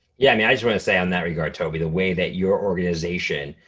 yeah, i mean, i just wanna say on that regard, toby, the way that your organization,